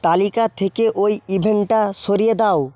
তালিকা থেকে ওই ইভেন্টটা সরিয়ে দাও